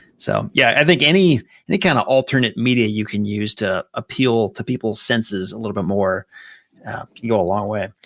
so, yeah, i think any and kind of alternate media you can use to appeal to people's sense's a little bit more can go a long way.